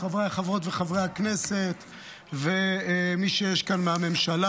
חבריי חברות וחברי הכנסת ומי שיש כאן בממשלה,